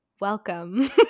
welcome